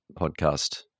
podcast